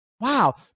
Wow